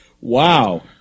Wow